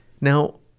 Now